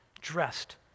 dressed